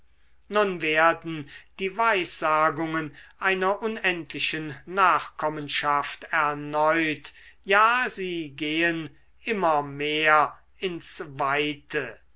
nun werden die weissagungen einer unendlichen nachkommenschaft erneut ja sie gehen immer mehr ins weite